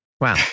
Wow